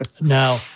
Now